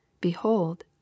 Behold